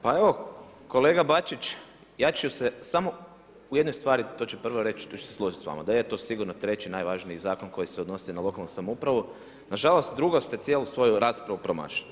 Pa evo, kolega Bačić, ja ću se samo u jednoj stvari, to ću prvo reći, to ću se složiti s vama, da je to sigurno treći, najvažniji zakon, koji se odnosi na lokalnu samoupravu, nažalost, drugo ste cijelu svoju raspravu promašili.